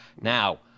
Now